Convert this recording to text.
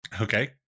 Okay